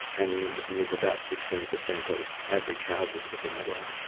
and it was about sixteen per cent of average houses within adelaide.